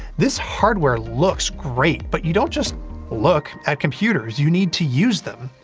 this hardware looks great, but you don't just look at computers, you need to use them!